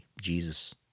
Jesus